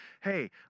hey